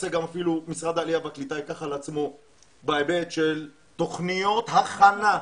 משרד העלייה והקליטה ייקח על עצמו בהיבט של תוכניות הכנה.